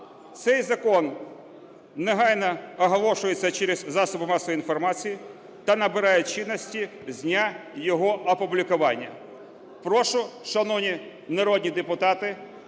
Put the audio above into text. Цей Закон негайно оголошується через засоби масової інформації та набирає чинності з дня його опублікування.